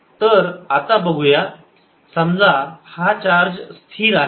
तर आता बघूया समजा हा चार्ज स्थिर आहे